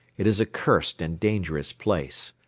it is a cursed and dangerous place.